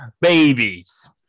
babies